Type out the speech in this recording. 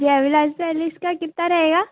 जय विलास पैलेस का कितना रहेगा